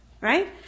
Right